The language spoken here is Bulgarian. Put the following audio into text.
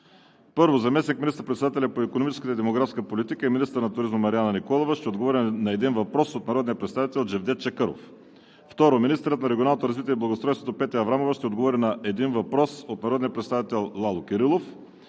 1. Заместник министър-председателят по икономическата и демографската политика и министър на туризма Марияна Николова ще отговори на един въпрос от народния представител Джевдет Чакъров. 2. Министърът на регионалното развитие и благоустройството Петя Аврамова ще отговори на един въпрос от народния представител Лало Кирилов.